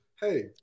Hey